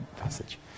passage